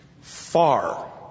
far